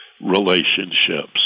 relationships